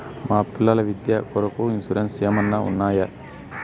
మా పిల్లల విద్య కొరకు ఇన్సూరెన్సు ఏమన్నా ఉన్నాయా?